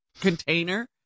container